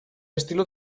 estilo